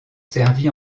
servi